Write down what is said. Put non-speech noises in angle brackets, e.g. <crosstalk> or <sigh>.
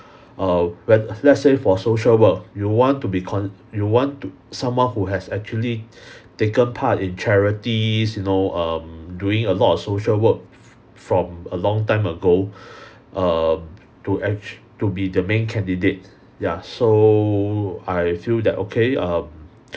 err when let's say for social work you want to be con~ you want to someone who has actually <breath> taken part in charities you know um doing a lot of social work from a long time ago <breath> uh to actu~ to be the main candidate ya so I feel that okay um